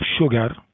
sugar